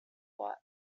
what